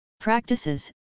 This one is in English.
practices